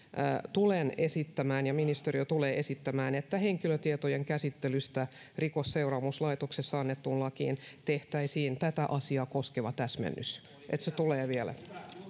tulen esittämään ja ministeriö tulee esittämään että henkilötietojen käsittelystä rikosseuraamuslaitoksessa annettuun lakiin tehtäisiin tätä asiaa koskeva täsmennys se tulee vielä